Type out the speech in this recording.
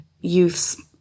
youth's